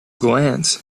glance